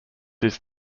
his